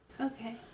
Okay